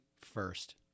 first